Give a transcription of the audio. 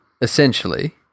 Essentially